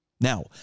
Now